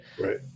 Right